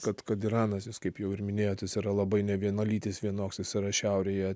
kad kad iranas jis kaip jau ir minėtas yra labai nevienalytis vienoks jis yra šiaurėje